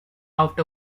out